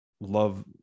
Love